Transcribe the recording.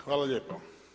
Hvala lijepo.